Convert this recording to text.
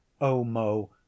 omo